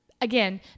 again